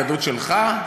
היהדות שלך?